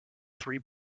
three